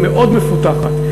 מאוד מפותחת.